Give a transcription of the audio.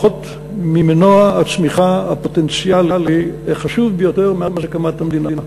ממנוע הצמיחה הפוטנציאלי החשוב ביותר מאז הקמת המדינה.